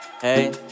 Hey